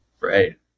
Right